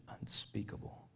unspeakable